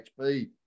HP